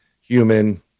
human